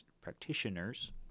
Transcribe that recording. practitioners